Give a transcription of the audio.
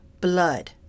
blood